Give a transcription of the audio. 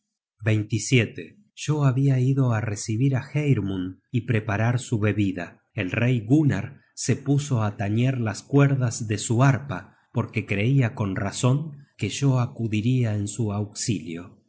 serpientes yo habia ido a recibir á geirmund y pre parar su bebida el rey gunnar se puso a tañer las cuerdas de su arpa porque creia con razon que yo acudiria en su auxilio